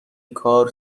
کار